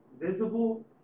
visible